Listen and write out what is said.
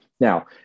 Now